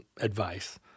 advice